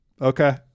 okay